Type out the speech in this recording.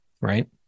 right